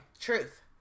Truth